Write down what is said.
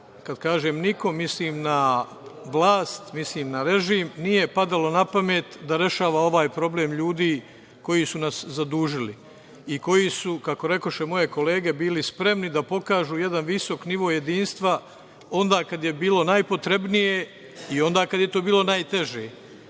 kad kažem nikom, mislim na vlast, mislim na režim, nije padalo na pamet da rešava ovaj problem ljudi koji su nas zadužili i koji su, kako rekoše moje kolege, bili spremni da pokažu jedan visok nivo jedinstva onda kada je bilo najpotrebnije i onda kada je to bilo najteže. Mi